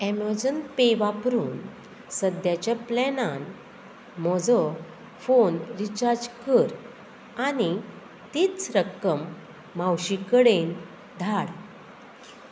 Amazon Pay वापरून सद्याच्या प्लॅनान म्होजो फोन रिचार्ज कर आनी तीच रक्कम मावशी कडेन धाड